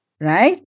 right